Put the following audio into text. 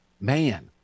man